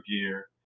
gear